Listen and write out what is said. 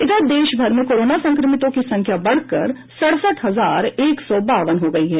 इधर देश भर में कोरोना संक्रमितों की संख्या बढकर सडसठ हजार एक सौ बावन हो गयी है